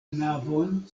navon